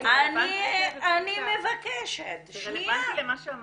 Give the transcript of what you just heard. בואו נשמע אותה.